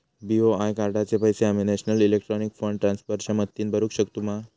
BOI कार्डाचे पैसे आम्ही नेशनल इलेक्ट्रॉनिक फंड ट्रान्स्फर च्या मदतीने भरुक शकतू मा?